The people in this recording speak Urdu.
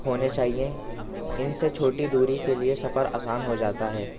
ہونے چاہییں ان سے چھوٹی دوری کے لیے سفر آسان ہو جاتا ہے